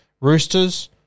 Roosters